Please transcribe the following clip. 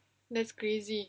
that's crazy